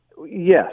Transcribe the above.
Yes